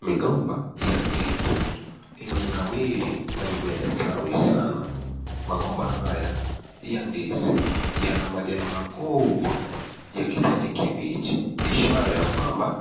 Migomba ya ndizi imenawiri na imestawi sana .Magomba haya ya ndizi na majani kubwa ya kijani kibichi, ishara ya kwamba